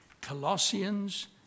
Colossians